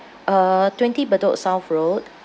uh twenty bedok south road